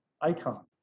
icon